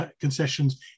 concessions